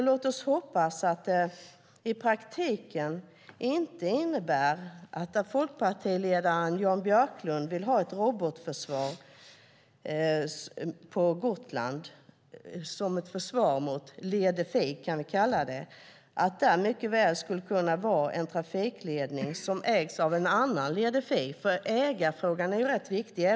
Låt oss hoppas att det i praktiken inte innebär att det på Gotland, där folkpartiledaren Jan Björklund vill ha ett robotförsvar som försvar mot den lede fi, skulle mycket väl kunna vara en trafikflygledning som ägs av en annan lede fi. Ägarfrågan är rätt viktig.